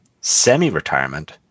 semi-retirement